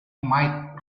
might